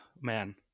man